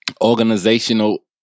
organizational